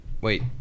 wait